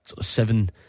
seven